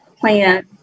plan